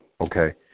Okay